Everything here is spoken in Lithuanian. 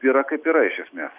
yra kaip yra iš esmės